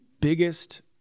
biggest